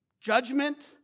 Judgment